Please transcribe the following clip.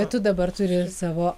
bet tu dabar turi savo